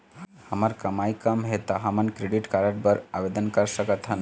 हमर कमाई कम हे ता हमन क्रेडिट कारड बर आवेदन कर सकथन?